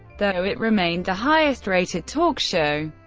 though it remained the highest rated talk show.